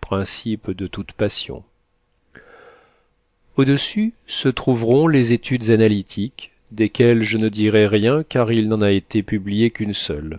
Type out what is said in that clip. principe de toute passion au-dessus se trouveront les etudes analytiques desquelles je ne dirai rien car il n'en a été publié qu'une seule